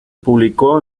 publicó